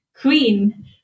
Queen